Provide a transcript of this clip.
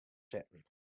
sitten